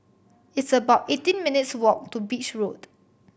it's about eighteen minutes' walk to Beach Road